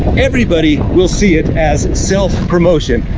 everybody will see it as self promotion.